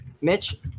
Mitch